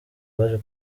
baje